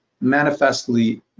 manifestly